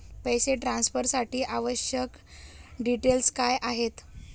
पैसे ट्रान्सफरसाठी आवश्यक डिटेल्स काय आहेत?